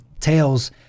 tales